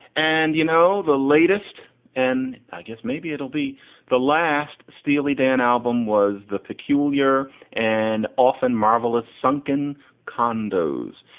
and you know, the latest and i guess maybe it'll be the last. steely dan album was the peculiar and often marvelous sunken condos.